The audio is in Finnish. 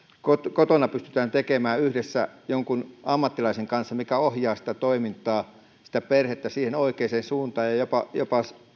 kotona pystytään tekemään yhdessä jonkun ammattilaisen kanssa mikä ohjaa sitä perhettä siihen oikeaan suuntaan ja ja jopa jopa